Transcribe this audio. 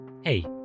Hey